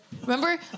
Remember